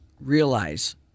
realize